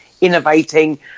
innovating